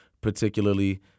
particularly